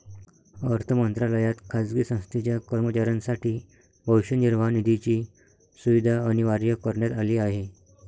अर्थ मंत्रालयात खाजगी संस्थेच्या कर्मचाऱ्यांसाठी भविष्य निर्वाह निधीची सुविधा अनिवार्य करण्यात आली आहे